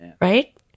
Right